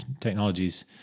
technologies